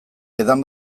edan